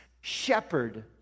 Shepherd